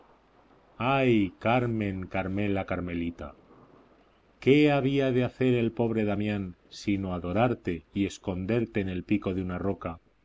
ay carmen carmela carmelita qué había de hacer el pobre damián sino adorarte y esconderte en el pico de una roca